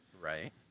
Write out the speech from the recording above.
Right